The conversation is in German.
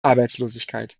arbeitslosigkeit